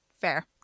Fair